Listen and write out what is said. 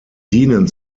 dienen